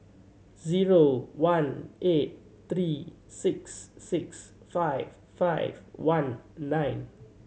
zero one eight three six six five five one nine